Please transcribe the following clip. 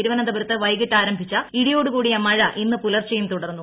തിരുവനന്തപുരത്ത് വൈകിട്ട് ആരംഭിച്ച ഇടിയോടു കൂടിയ മഴ ഇന്ന് പുലർച്ചെയും തുടർന്നു